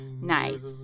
Nice